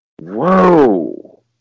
Whoa